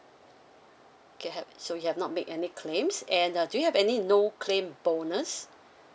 K have so you have not make any claims and uh do you have any no claim bonus